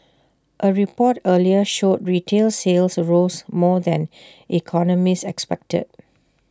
A report earlier showed retail sales rose more than economists expected